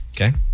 Okay